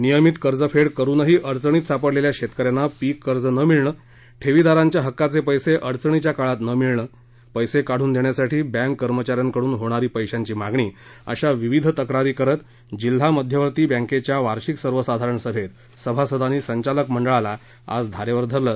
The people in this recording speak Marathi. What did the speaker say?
नियमित कर्जफेड करूनही अडचणीत सापडलेल्या शेतक यांना पीक कर्ज न मिळणं ठेवीदारांच्या हक्काचे पैसे अडचणीच्या काळात न मिळणं पैसे काढून देण्यासाठी बँक कर्मचा यांकडून होणारी पैशांची मागणी अशा विविध तक्रारी करत जिल्हा मध्यवर्ती बॅंकैच्या वार्षिक सर्वसाधारण सभेत सभासदांनी संचालक मंडळाला आज धारेवर धरलं